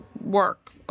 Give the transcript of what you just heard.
work